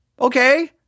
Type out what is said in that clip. Okay